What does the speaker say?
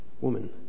woman